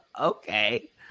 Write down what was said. okay